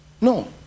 no